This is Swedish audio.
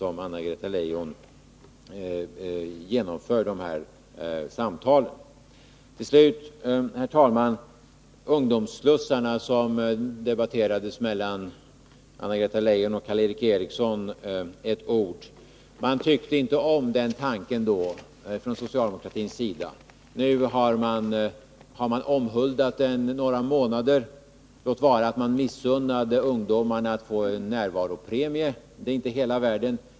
Till slut, herr talman, några ord om ungdomsslussarna, som debatterades mellan Anna-Greta Leijon och Karl Erik Eriksson. Socialdemokraterna tyckte tidigare inte om tanken därpå. Nu har man omhuldat den några månader. Låt vara att man har missunnat ungdomarna att få en närvaropremie, men det är inte hela världen.